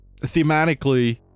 thematically